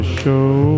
show